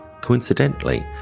coincidentally